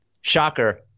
shocker